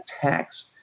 tax